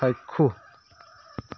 চাক্ষুষ